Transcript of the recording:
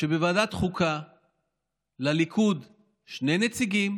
שבוועדת חוקה לליכוד יש שני נציגים